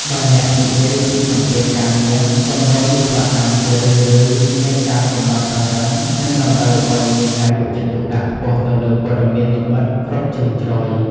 បើនិយាយពីសម្ពាធការងារគម្រោងវិស្វកម្មជារឿយៗមាន កាលកំណត់តឹងរ៉ឹង និងតម្រូវឲ្យមានការយកចិត្តទុកដាក់ខ្ពស់ទៅលើព័ត៌មានលម្អិតគ្រប់ជ្រុងជ្រោយ។